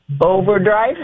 overdrive